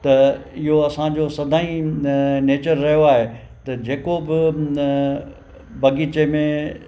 त इहो असांजो सदा ई न नेचर रहियो आहे त जेको बि न बग़ीचे में